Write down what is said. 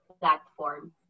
platform